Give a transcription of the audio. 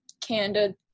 candid